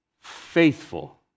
Faithful